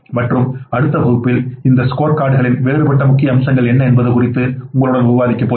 மற்றும் அடுத்த வகுப்பில் ஸ்கோர்கார்ட்களின் வேறுபட்ட முக்கிய அம்சங்கள் என்ன என்பது குறித்து நான் உங்களுடன் விவாதிக்கிறேன்